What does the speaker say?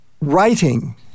writing